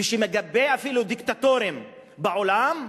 ומגבה אפילו דיקטטורים בעולם,